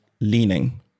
leaning